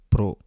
Pro